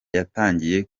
yatangiye